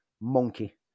Monkey